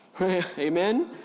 Amen